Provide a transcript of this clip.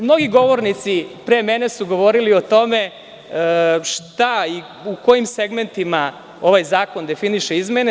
Mnogi govornici pre mene su govorili o tome šta i u kojim segmentima ovaj zakon definiše izmene.